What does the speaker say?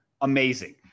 Amazing